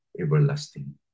everlasting